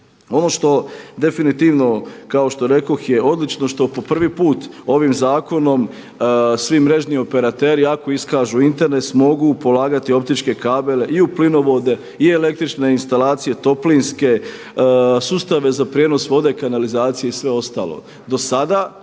Ono što definitivno kako što rekoh je odlično što po prvi put ovim zakonom svi mrežni operateri ako iskažu interes mogu polagati optičke kabele i u plinovode, i električne instalacije, toplinske, sustave za prijenos vode, kanalizacije i sve ostalo.